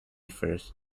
first